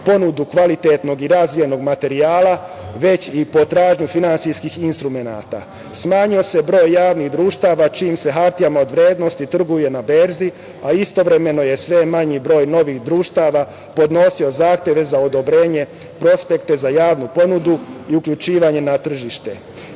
ponudu kvalitetnog i razvijenog materijala, već i potražnju finansijskih instrumenata. Smanjio se broj javnih društava čijim se hartijama od vrednosti trguje na berzi, a istovremeno je sve manji broj novih društava podnosio zahteve za odobrenje prospekata za javnu ponudu i uključivanje na tržište. Imajući